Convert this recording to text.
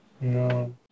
No